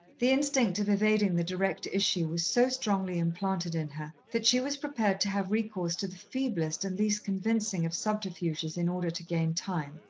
the instinct of evading the direct issue was so strongly implanted in her, that she was prepared to have recourse to the feeblest and least convincing of subterfuges in order to gain time.